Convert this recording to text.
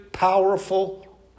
Powerful